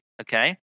okay